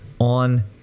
on